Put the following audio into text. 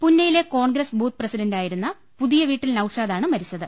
പുന്നയിലെ Congress booth പ്രസി ഡന്റായിരുന്ന പുതവീട്ടിൽ നൌഷാദാണ് മരിച്ചത്